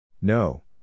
No